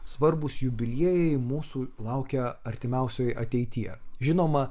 svarbūs jubiliejai mūsų laukia artimiausioj ateityje žinoma